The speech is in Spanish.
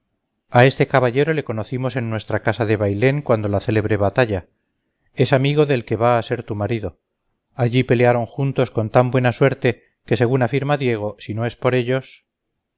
a este caballero le conocimos en nuestra casa de bailén cuando la célebre batalla es amigo del que va a ser tu marido allí pelearon juntos con tan buena suerte que según afirma diego si no es por ellos